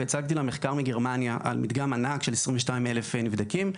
והצגתי לה מחקר מגרמניה על מדגם ענק של 22,000 נבדקים,